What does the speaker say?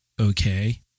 okay